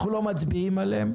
אנחנו לא מצביעים עליהם,